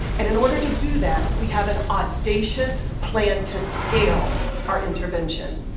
and in order to do that, we have an audacious plan to scale our intervention.